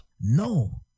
No